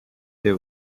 they